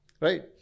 Right